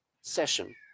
session